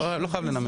לא חייב לנמק.